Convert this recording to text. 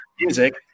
music